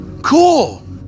Cool